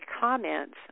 comments